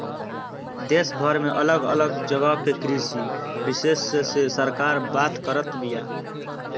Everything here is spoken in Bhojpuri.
देशभर में अलग अलग जगह के कृषि विशेषग्य से सरकार बात करत बिया